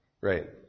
Right